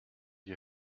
you